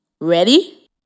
Ready